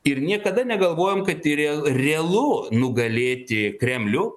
ir niekada negalvojam kad rea realu nugalėti kremlių